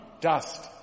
dust